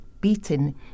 beaten